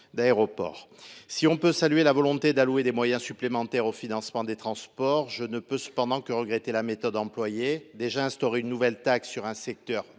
aéroports. Si l’on peut saluer la volonté d’allouer des moyens supplémentaires au financement des transports, je ne peux que regretter la méthode employée. Tout d’abord, le fait d’instaurer une nouvelle taxe pour un secteur